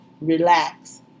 relax